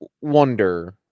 wonder